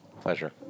pleasure